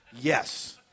Yes